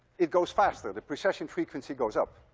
it goes faster. the precession frequency goes up.